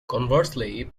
conversely